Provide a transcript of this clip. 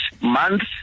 months